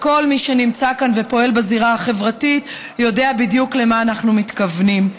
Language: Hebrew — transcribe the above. וכל מי שנמצא כאן ופועל בזירה החברתית יודע בדיוק למה אנחנו מתכוונים.